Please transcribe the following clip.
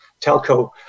telco